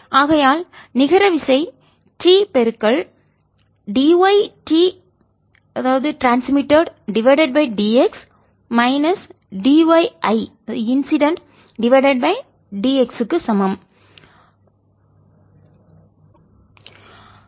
ஆகையால் நிகர விசை T dyT ட்ரான்ஸ்மிட்டட்dx minus dy I incident divided by d x க்கு சமம் மீது ட்ரான்ஸ்மிட்டட் பரவுகிறது